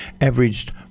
averaged